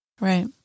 Right